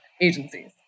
agencies